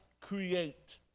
create